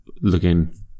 looking